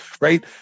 right